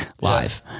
live